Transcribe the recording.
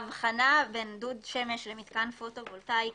ההבחנה בין דוד שמש למתקן פוטו וולטאי,